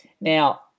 Now